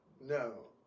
No